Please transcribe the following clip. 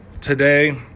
today